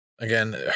Again